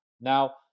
Now